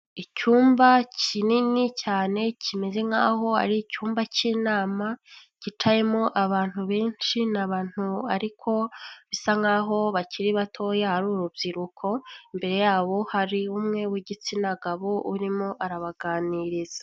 Icyumba kinini cyane kimeze nk'aho ari icyumba cy'inama kicayemo abantu benshi ni abantu ariko bisa nk'aho bakiri batoya ari urubyiruko, imbere yabo hari umwe w'igitsina gabo urimo arabaganiriza.